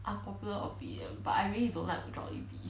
unpopular opinion but I really don't like Jollibee